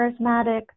charismatic